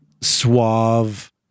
suave